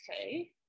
okay